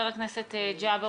עסאקלה.